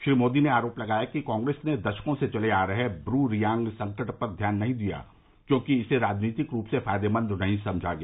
श्री मोदी ने आरोप लगाया कि कांग्रेस ने दशकों से चले आ रहे ब्र रियांग संकट पर ध्यान नहीं दिया क्योंकि इसे राजनीतिक रूप से फायदेमंद नहीं समझा गया